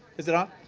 is it on?